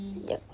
yup